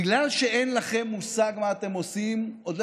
בגלל שאין לכם מושג מה אתם עושים עוד לא